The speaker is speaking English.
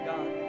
God